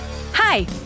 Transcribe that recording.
Hi